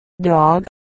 Dog